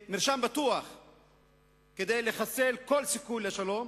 הן מרשם בטוח כדי לחסל כל סיכוי לשלום,